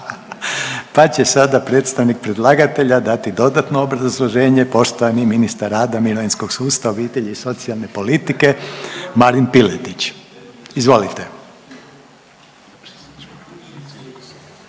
će sada predstavnik predlagatelja dati dodatno obrazloženje, poštovani ministar rada, mirovinskog sustava, obitelji i socijalne politike Marin Piletić, izvolite.